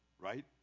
right